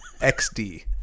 XD